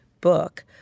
book